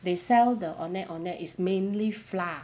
they sell the ondeh-ondeh is mainly flour